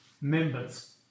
members